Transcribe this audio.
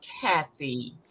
Kathy